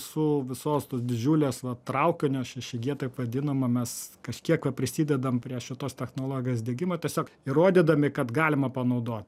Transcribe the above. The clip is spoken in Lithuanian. su visos tos didžiulės va traukinio šeši gie taip vadinama mes kažkiek va prisidedam prie šitos technologijos diegimo tiesiog įrodydami kad galima panaudot